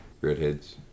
redheads